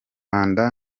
rda